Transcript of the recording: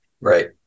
Right